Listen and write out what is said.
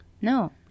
No